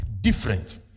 different